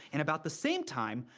in about the same time,